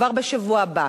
כבר בשבוע הבא,